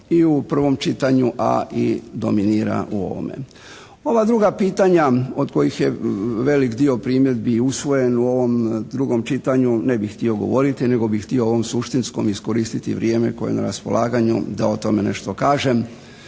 i u prvom čitanju, a i u dominira u ovome. Ova druga pitanja od kojih je velik dio primjedbi usvojen u ovom drugom čitanju ne bi htio govoriti nego bi htio o ovom suštinskom iskoristiti vrijeme koje je na raspolaganju da o tome nešto kažem